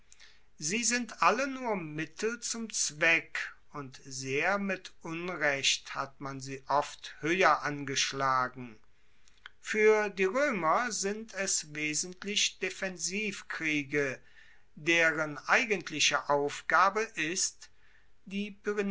sie sind alle nur mittel zum zweck und sehr mit unrecht hat man sie oft hoeher angeschlagen fuer die roemer sind es wesentlich defensivkriege deren eigentliche aufgabe ist die